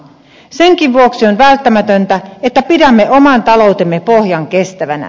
senkin vuoksi on välttämätöntä että pidämme oman taloutemme pohjan kestävänä